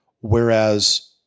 Whereas